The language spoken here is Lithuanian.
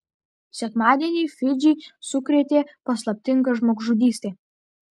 sekmadienį fidžį sukrėtė paslaptinga žmogžudystė